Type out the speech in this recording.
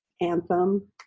anthem